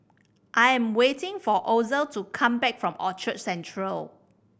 I am waiting for Ozell to come back from Orchard Central